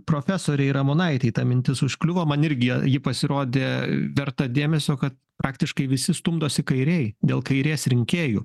profesorei ramonaitei ta mintis užkliuvo man irgi ji pasirodė verta dėmesio kad praktiškai visi stumdosi kairėj dėl kairės rinkėjų